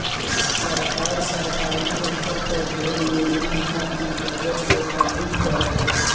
सरकार, सरकारी स्तर पर ढेरे योजना खातिर बजट से फंडिंग करेले